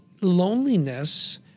loneliness